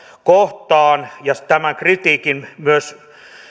kohtaan ja tämän kritiikin myös